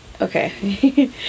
Okay